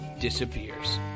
disappears